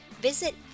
Visit